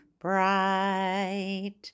bright